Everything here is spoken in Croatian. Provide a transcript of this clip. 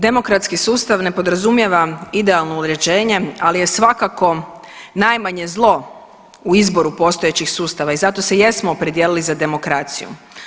Demokratski sustav ne podrazumijeva idealno uređenje, ali je svakako najmanje zlo u izboru postojećih sustava i zato se jesmo opredijelili za demokraciju.